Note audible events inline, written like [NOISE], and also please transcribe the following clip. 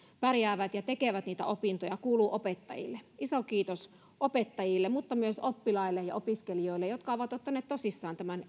pärjäävät ja tekevät niitä opintoja kuuluu opettajille iso kiitos opettajille mutta myös oppilaille ja opiskelijoille jotka ovat ottaneet tosissaan tämän [UNINTELLIGIBLE]